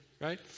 right